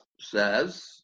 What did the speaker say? says